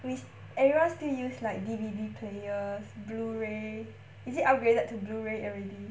we everyone still use like D_V_D player blu-ray is it upgraded to blu-ray already